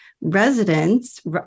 residents